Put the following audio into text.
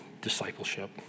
discipleship